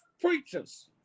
preachers